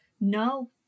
No